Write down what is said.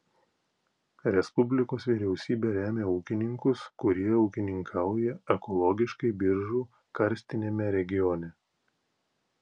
respublikos vyriausybė remia ūkininkus kurie ūkininkauja ekologiškai biržų karstiniame regione